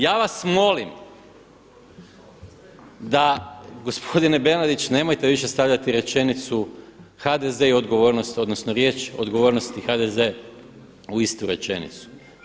Ja vas molim da gospodine Bernardić nemojte više stavljati rečenicu HDZ i odgovornost, odnosno riječ odgovornost i HDZ u istu rečenicu.